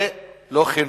זה לא חינוך,